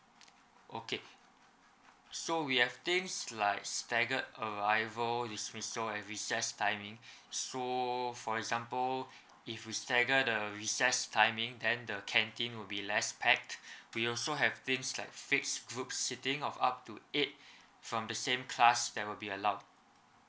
okay so we have things like staggered arrival dismissal and recess timing so for example if you stagger the recess timing then the canteen will be less packed we also have things like face group seating of up to eight from the same class that will be allowed